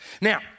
Now